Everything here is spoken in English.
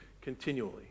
continually